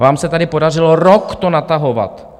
Vám se tady podařilo rok to natahovat.